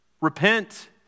Repent